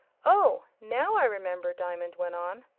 oh now i remember, diamond went on.